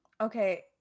Okay